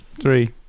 Three